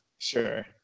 Sure